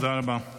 תודה רבה.